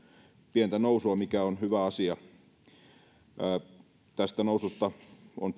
pientä nousua mikä on hyvä asia tästä noususta on